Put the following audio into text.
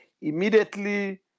Immediately